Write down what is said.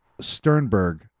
sternberg